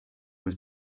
was